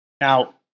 Now